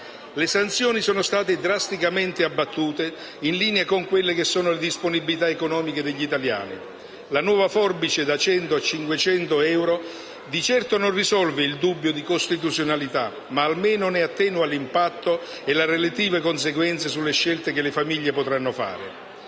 Le sanzioni sono state drasticamente abbattute, in linea con le disponibilità economiche degli italiani: la nuova forbice da 100 a 500 euro di certo non risolve il dubbio di costituzionalità, ma almeno ne attenua l'impatto e le relative conseguenze sulle scelte che le famiglie potranno fare.